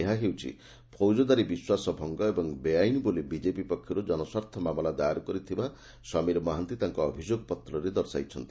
ଏହା ହେଉଛି ଫୌକଦାରୀ ବିଶ୍ୱାସ ଭଙ୍ଗ ଏବଂ ବେଆଇନ୍ ବୋଲି ବିଜେପି ପକ୍ଷରୁ କନସ୍ୱାର୍ଥ ମାମଲା ଦାଏର କରିଥିବା ସମୀର ମହାନ୍ତି ତାଙ୍କ ଅଭିଯୋଗପତ୍ରରେ ଦର୍ଶାଇଛନ୍ତି